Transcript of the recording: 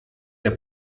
der